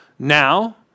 Now